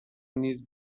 نیز